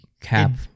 cap